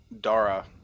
Dara